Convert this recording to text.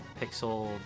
pixel